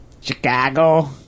Chicago